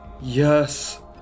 Yes